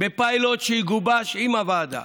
בפיילוט שיגובש עם הוועדה,